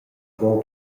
avon